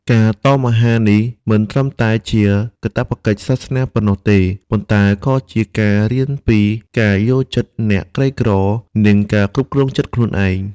ការតមអាហារនេះមិនត្រឹមតែជាកាតព្វកិច្ចសាសនាប៉ុណ្ណោះទេ ប៉ុន្តែក៏ជាការរៀនពីការយល់ចិត្តអ្នកក្រីក្រ និងការគ្រប់គ្រងចិត្តខ្លួនឯង។